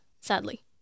sadly